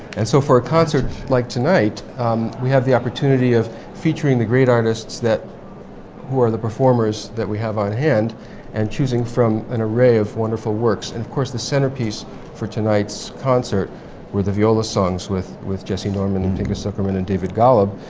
and so for a concert like tonight we have the opportunity of featuring the great artists that who are the performers that we have on hand and choosing from an array of wonderful works. and of course the centerpiece for tonight's concert were the viola songs with, with jesse norman and pinchas zukerman and david golub.